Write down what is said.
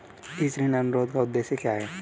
इस ऋण अनुरोध का उद्देश्य क्या है?